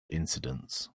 incidents